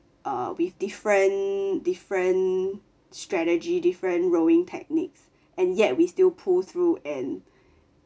err with different different strategy different rowing techniques and yet we still pull through and